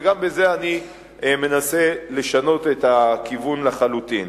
וגם בזה אני מנסה לשנות את הכיוון לחלוטין.